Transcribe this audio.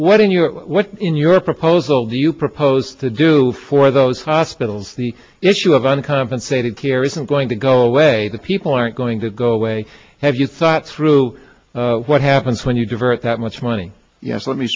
what in your in your proposal do you propose to do for those hospitals the issue of uncompensated care isn't going to go away that people aren't going to go away have you thought through what happens when you divert that much money yes let me